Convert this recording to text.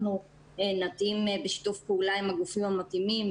אנחנו נתאים בשיתוף פעולה עם הגופים המתאימים,